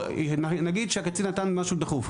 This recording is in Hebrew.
נגיד שהקצין נתן משהו דחוף,